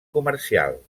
comercial